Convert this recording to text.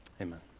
Amen